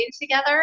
together